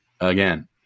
again